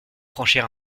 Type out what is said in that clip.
franchir